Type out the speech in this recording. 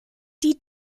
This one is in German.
die